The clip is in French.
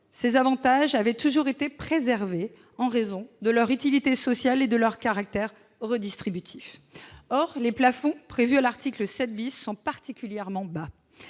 Ces avantages avaient toujours été préservés en raison de leur utilité sociale et de leur caractère redistributif. Or les plafonds prévus à l'article 7 sont particulièrement bas.